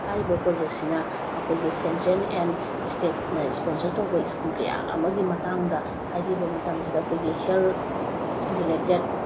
ꯍꯥꯏꯔꯤꯕ ꯄ꯭ꯔꯣꯖꯦꯛꯁꯤꯅ ꯑꯩꯈꯣꯏꯒꯤ ꯁꯦꯟꯇ꯭ꯔꯦꯜ ꯑꯦꯟ ꯏꯁꯇꯦꯠꯅ ꯏꯁꯄꯣꯟꯁꯔ ꯇꯧꯕ ꯏꯁꯀꯤꯝ ꯀꯌꯥ ꯑꯃꯒꯤ ꯃꯇꯥꯡꯗ ꯍꯥꯏꯕꯤꯕ ꯃꯇꯝꯁꯤꯗ ꯑꯩꯈꯣꯏꯒꯤ ꯍꯦꯜꯠ ꯔꯤꯂꯦꯇꯦꯠ